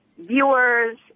viewers